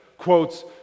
quotes